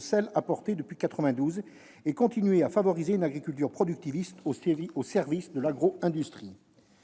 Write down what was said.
celles apportées depuis 1992 ; autrement dit, elles ne sauraient continuer à favoriser une agriculture productiviste au service de l'agroindustrie.